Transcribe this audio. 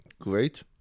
great